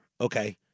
okay